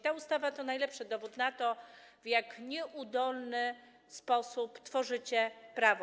Ta ustawa to najlepszy dowód na to, w jak nieudolny sposób tworzycie prawo.